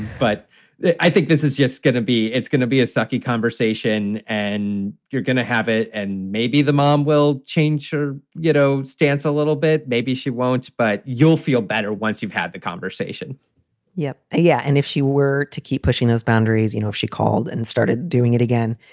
but i think this is just going to be it's gonna be a sucky conversation and you're going to have it. and maybe the mom will change or, you know, stance a little bit. maybe she won't. but you'll feel better once you've had the conversation yeah. yeah. and if she were to keep pushing those boundaries, you know, if she called and started doing it again,